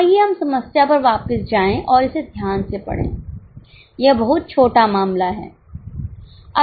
आइए हम समस्या पर वापस जाएं और इसे ध्यान से पढ़ें यह बहुत छोटा मामला है